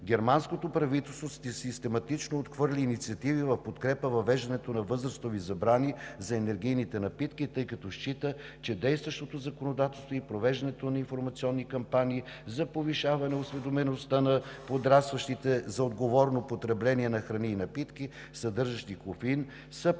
Германското правителство систематично отхвърли инициативи в подкрепа въвеждането на възрастови забрани за енергийните напитки, тъй като счита, че действащото законодателство и провеждането на информационни кампании за повишаване осведомеността на подрастващите за отговорно потребление на храни и напитки, съдържащи кофеин, са подходящи